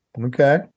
okay